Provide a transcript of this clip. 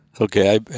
Okay